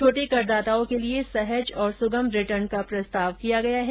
छोटे करदाताओं के लिए सहज और सुगम रिटर्न का प्रस्ताव किया गया है